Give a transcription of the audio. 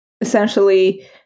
essentially